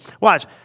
Watch